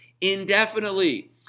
indefinitely